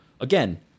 again